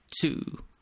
two